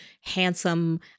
handsome